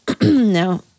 Now